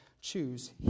choose